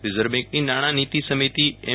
reserve બેન્કની નાણાં નીતિ સમિતિ એમ